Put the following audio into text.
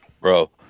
Bro